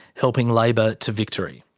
helping labor to victory.